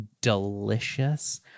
delicious